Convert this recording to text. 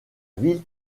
ville